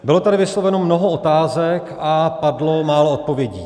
Bylo tady vysloveno mnoho otázek a padlo málo odpovědí.